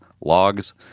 logs